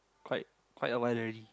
quite quite awhile already